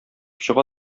чыга